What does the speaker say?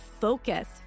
focus